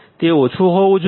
તે ઓછું હોવું જોઈએ